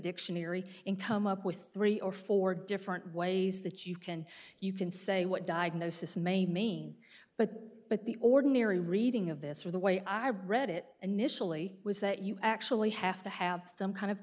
dictionary in come up with three or four different ways that you can you can say what diagnosis may mean but but the ordinary reading of this or the way i read it initially was that you actually have to have some kind of